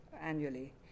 annually